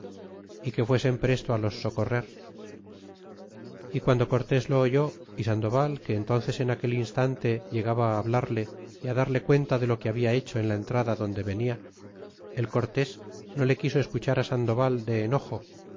y que fuesen presto los socorrer y guando cortés lo oyó y sandoval que entnces en aquel instante llegaba hablarle y darle cuenta de lo que habia hecho en la entrada donde venia el cortés no le quiso escuchar sandoval de enojo